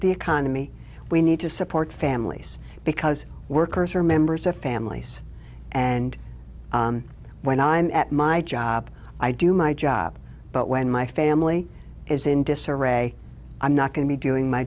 the economy we need to support families because workers are members of families and when i am at my job i do my job but when my family is in disarray i'm not going to be doing my